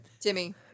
Timmy